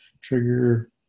trigger